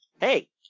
hey